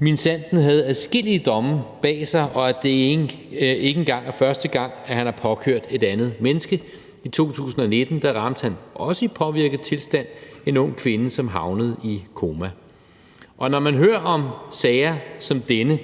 minsandten havde adskillige domme bag sig, og at det ikke engang var første gang, at han havde påkørt et andet menneske. I 2019 ramte han, også i påvirket tilstand, en ung kvinde, som havnede i koma. Når man hører om sager som denne